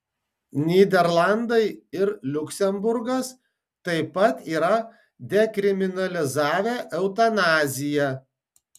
nyderlandai ir liuksemburgas taip pat yra dekriminalizavę eutanaziją